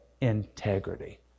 integrity